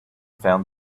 found